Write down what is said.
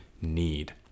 need